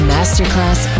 Masterclass